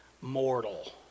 mortal